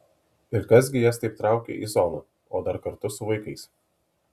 ir kas gi jas taip traukia į zoną o dar kartu su vaikais